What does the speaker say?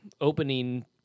opening